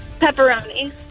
Pepperoni